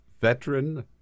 veteran